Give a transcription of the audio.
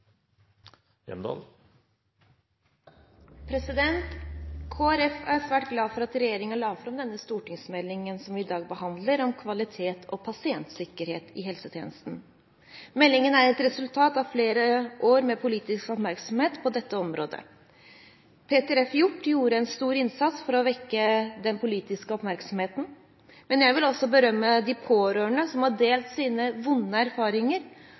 Kristelig Folkeparti er svært glad for at regjeringen la fram den stortingsmeldingen som vi i dag behandler, om kvalitet og pasientsikkerhet i helsetjenesten. Meldingen er et resultat av flere år med politisk oppmerksomhet på dette området. Peter F. Hjort gjorde en stor innsats for å vekke den politiske oppmerksomheten. Men jeg vil også berømme de pårørende som har delt sine